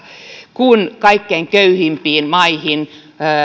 kun kaikkein köyhimpiin maihin